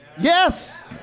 Yes